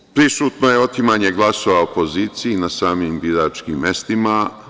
Dalje, prisutno je otimanje glasova opoziciji na samim biračkim mestima.